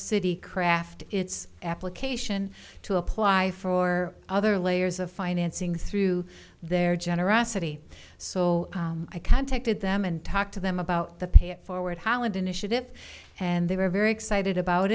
city craft its application to apply for other layer as a financing through their generosity so i contacted them and talked to them about the pay it forward holland initiative and they were very excited about